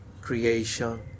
creation